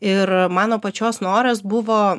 ir mano pačios noras buvo